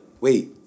wait